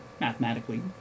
mathematically